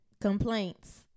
complaints